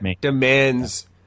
demands